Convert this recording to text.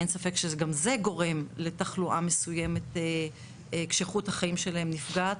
אין ספק שגם זה גורם לתחלואה מסוימת כשאיכות החיים שלהם נפגעת.